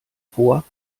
vor